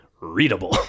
readable